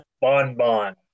bonbon